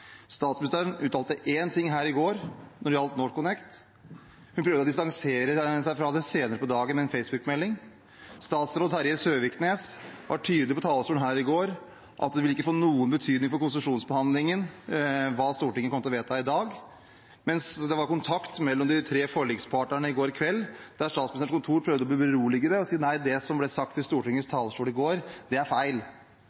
Statsministeren uttalte én ting her i går når det gjaldt NorthConnect. Hun prøvde å distansere seg fra det senere på dagen med en Facebook-melding. Statsråd Terje Søviknes var tydelig fra talerstolen her i går på at det Stortinget kommer til å vedta her i dag, ikke vil få noen betydning for konsesjonsbehandlingen, mens det var kontakt mellom de tre forlikspartnerne i går kveld, der Statsministerens kontor prøvde å berolige ved å si: Nei, det som ble sagt fra Stortingets talerstol i